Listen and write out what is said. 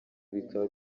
bikaba